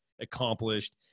accomplished